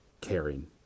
caring